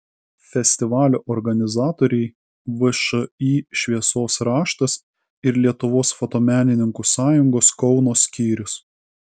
festivalio organizatoriai všį šviesos raštas ir lietuvos fotomenininkų sąjungos kauno skyrius